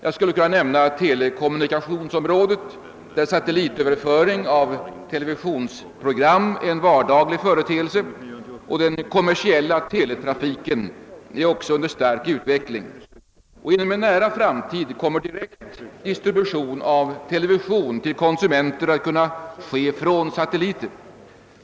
Jag skulle kunna nämna satellitöverföring av televisionsprogram som numera är en vardaglig företelse och den kommersiella teletrafiken, som också är under stark utveckling. Inom en nära framtid kommer direkt distribution av televisionsprogram till konsumenterna att kunna ske från satelliter.